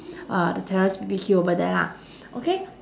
uh the terrace B B Q over there lah okay